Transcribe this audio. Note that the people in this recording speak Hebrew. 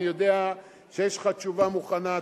אני יודע שיש לך תשובה מוכנה,